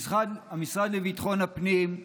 המשרד לביטחון הפנים,